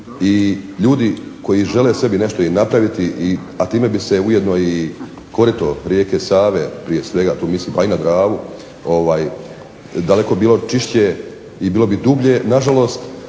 i ljudi koji žele sebi nešto i napraviti, a time bi se ujedno i korito rijeke Save prije svega tu mislim, pa i na Dravu, daleko bilo čišće i bilo bi dublje, na žalost